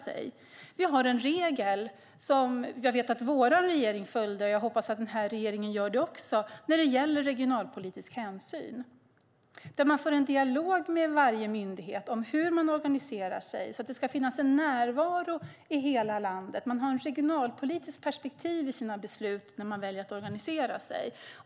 Det finns en regel som jag vet att vår regering följde - jag hoppas att den här regeringen gör det också - när det gäller regionalpolitisk hänsyn. Den innebär att man för en dialog med varje myndighet om hur den organiserar sig, så att det ska finnas en närvaro i hela landet, och att det finns ett regionalpolitiskt perspektiv i besluten om hur verket väljer att organisera sig.